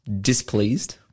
displeased